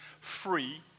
Free